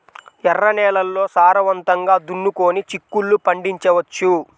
ఎర్ర నేలల్లో సారవంతంగా దున్నుకొని చిక్కుళ్ళు పండించవచ్చు